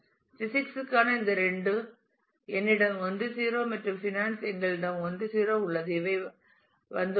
physics க்கான இந்த இரண்டு என்னிடம் 1 0 மற்றும் ஃபைனான்ஸ் எங்களிடம் 1 0 உள்ளது இவை வந்துள்ளன